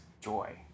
joy